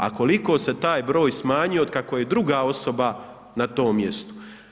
A koliko se taj broj smanjio od kako je druga osoba na tom mjestu.